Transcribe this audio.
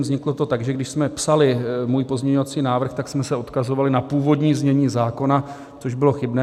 Vzniklo to tak, že když jsme psali můj pozměňovací návrh, tak jsme se odkazovali na původní znění zákona, což bylo chybné.